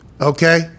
okay